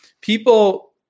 People